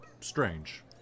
strange